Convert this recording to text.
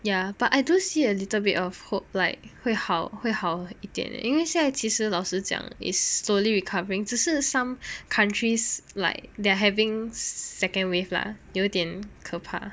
ya but I don't see a little bit of hope like 会好会好一点因为现在其实老实讲 is slowly recovering 只是 some countries like they're having second wave lah 有点可怕